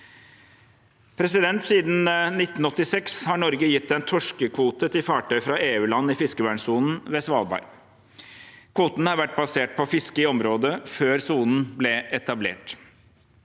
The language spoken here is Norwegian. prosessen. Siden 1986 har Norge gitt en torskekvote til fartøy fra EU-land i fiskevernesonen ved Svalbard. Kvoten har vært basert på fisket i området før sonen ble etablert.